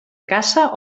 caça